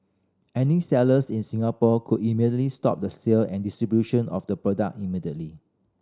any sellers in Singapore could immediately stop the sale and distribution of the product immediately